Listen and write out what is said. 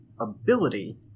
ability